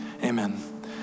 Amen